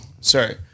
sorry